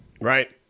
Right